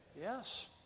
Yes